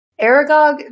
Aragog